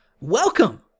Welcome